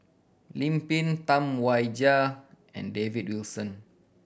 Lim Pin Tam Wai Jia and David Wilson